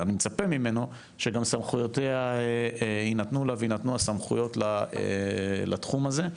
אני גם מצפה ממנו שגם סמכויותיה יינתנו לה ויינתנו הסמכויות לתחום הזה.